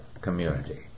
community